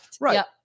Right